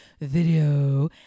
video